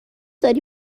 داری